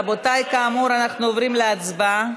רבותי, כאמור, אנחנו עוברים להצבעה.